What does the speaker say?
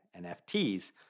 NFTs